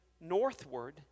northward